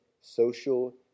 social